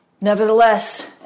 nevertheless